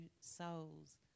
souls